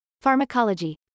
Pharmacology